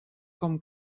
com